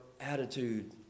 attitude